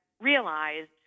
realized